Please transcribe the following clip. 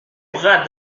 bras